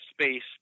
space